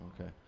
Okay